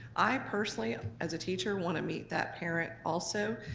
i personally as a teacher wanna meet that parent also,